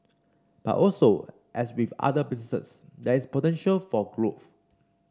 but also as with other businesses there is potential for growth